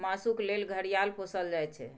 मासुक लेल घड़ियाल पोसल जाइ छै